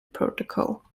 protocol